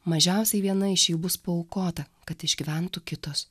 mažiausiai viena iš jų bus paaukota kad išgyventų kitos